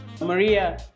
Maria